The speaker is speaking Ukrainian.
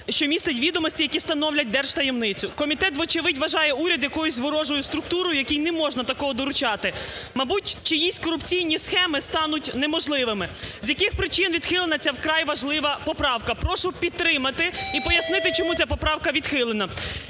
що містить відомості, які становлять держтаємницю. Комітет вочевидь вважає уряд якоюсь ворожою структурою, якій не можна такого доручати. Мабуть, чиїсь корупційні схеми стануть неможливими. З яких причин відхилена ця вкрай важлива поправка? Прошу підтримати і пояснити, чому ця поправка відхилена.